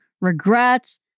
regrets